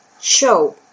show